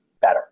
better